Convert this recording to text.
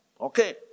Okay